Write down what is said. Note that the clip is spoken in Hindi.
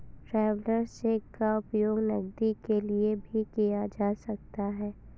ट्रैवेलर्स चेक का उपयोग नकदी के लिए भी किया जा सकता है